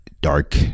dark